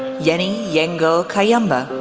yenny yengo kayamba,